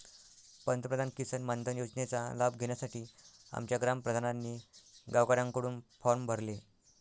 पंतप्रधान किसान मानधन योजनेचा लाभ घेण्यासाठी आमच्या ग्राम प्रधानांनी गावकऱ्यांकडून फॉर्म भरले